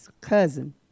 cousin